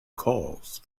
calls